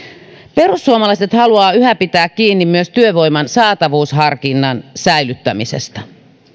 perussuomalaiset haluavat yhä pitää kiinni myös työvoiman saatavuusharkinnan säilyttämisestä